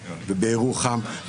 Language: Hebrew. בירוחם,